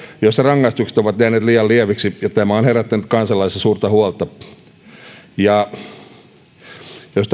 joissa rangaistukset ovat jääneet liian lieviksi ja tämä on herättänyt kansalaisissa suurta huolta jos